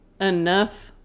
enough